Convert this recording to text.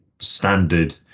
standard